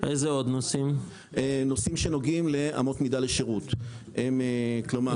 גם נושאים שנוגעים לאמות מידה לשירות, כלומר